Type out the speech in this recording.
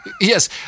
Yes